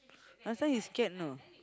last time he scared know